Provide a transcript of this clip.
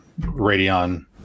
Radeon